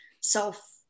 self